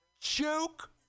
joke